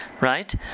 right